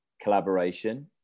collaboration